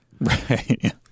Right